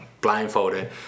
blindfolded